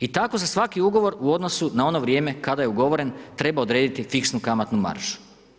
I tako za svaki ugovor u odnosu na ono vrijeme kada je ugovoren treba odrediti fiksnu kamatnu maržu.